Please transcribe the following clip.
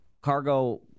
Cargo